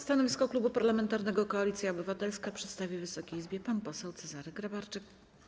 Stanowisko Klubu Parlamentarnego Koalicja Obywatelska przedstawi Wysokiej Izbie pan poseł Cezary Grabarczyk.